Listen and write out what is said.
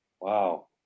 Wow